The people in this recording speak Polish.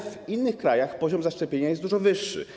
W innych krajach poziom zaszczepienia jest dużo wyższy.